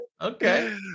Okay